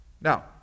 Now